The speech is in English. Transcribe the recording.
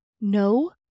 No